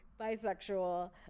bisexual